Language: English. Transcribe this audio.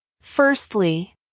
Firstly